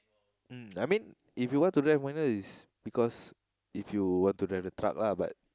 uh I mean if you want drive minor is because if you want to drive a truck lah but